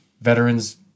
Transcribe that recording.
veterans